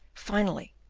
finally,